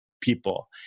people